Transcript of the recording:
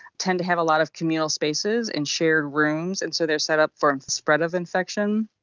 tend to have a lot of communal spaces and shared rooms, and so they are set up for the spread of infection.